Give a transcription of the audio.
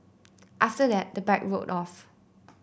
after that the bike rode off